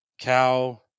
cow